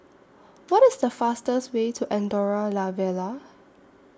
What IS The fastest Way to Andorra La Vella